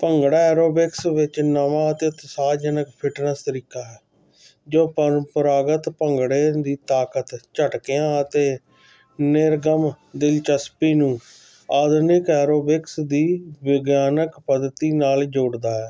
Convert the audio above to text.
bhangra aerobics ਵਿੱਚ ਨਵਾਂ ਅਤੇ ਉਤਸ਼ਾਹਜਨਕ ਫਿਟਨੈਸ ਤਰੀਕਾ ਜੋ ਪਰੰਪਰਾਗਤ ਭੰਗੜੇ ਦੀ ਤਾਕਤ ਝਟਕਿਆਂ ਅਤੇ ਨਿਰਗਮ ਦਿਲਚਸਪੀ ਨੂੰ ਆਧੁਨਿਕ ਐਰੋਬਿਕਸ ਦੀ ਵਿਗਿਆਨਿਕ ਪਦਤੀ ਨਾਲ ਜੋੜਦਾ ਹੈ